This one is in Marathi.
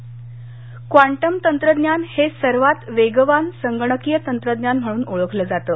परिषद क्वांटम तंत्रज्ञान हे सर्वात वेगवान संगणकीय तंत्रज्ञान म्हणून ओळखलं जातं